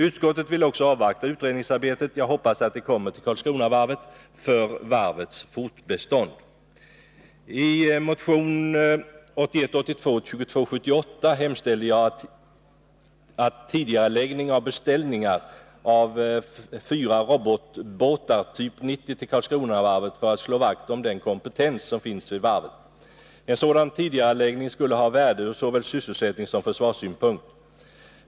Utskottet vill också avvakta utredningsarbetet. Jag hoppas underhållet förläggs till Karlskronavarvet — för värvets fortbestånd. I motion 1981/82:2278 hemställde jag om tidigareläggning av beställningar av helst fyra robotbåtar typ 90 till Karlskronavarvet för att slå vakt om den kompetens som finns vid varvet. En sådan tidigareläggning skulle ha värde från såväl sysselsättningssom försvarssynpunkt.